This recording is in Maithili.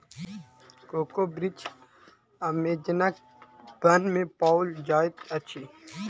कोको वृक्ष अमेज़नक वन में पाओल जाइत अछि